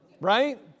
right